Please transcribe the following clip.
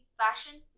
fashion